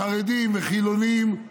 חרדים וחילונים.